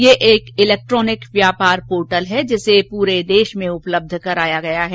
यह एक इलैक्ट्रोनिक व्यापार पोर्टल है जिसे पूरे भारत में उपलब्ध कराया गया है